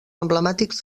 emblemàtics